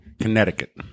Connecticut